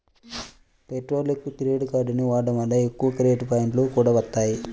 పెట్రోల్కి క్రెడిట్ కార్డుని వాడటం వలన ఎక్కువ క్రెడిట్ పాయింట్లు కూడా వత్తాయి